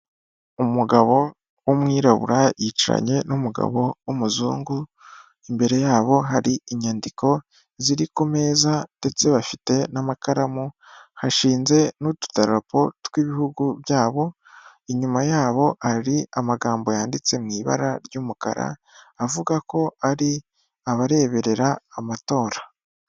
Umugabo w'umwirabura yicaranye n'umugabo w'umuzungu, imbere yabo hari inyandiko ziri ku meza ndetse bafite n'amakaramu hashinze n'ututarapo tw'ibihugu byabo; inyuma yabo hari amagambo yanditse mu ibara ry'umukara avuga ko ari abareberera amatora.